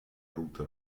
rute